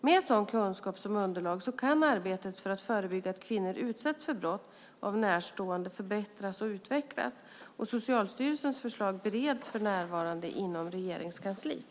Med sådan kunskap som underlag kan arbetet för att förebygga att kvinnor utsätts för brott av närstående förbättras och utvecklas. Socialstyrelsens förslag bereds för närvarande inom Regeringskansliet.